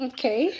Okay